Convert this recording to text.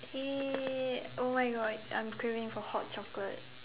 !yay! oh my god I'm craving for hot chocolate